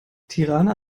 tirana